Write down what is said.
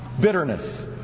bitterness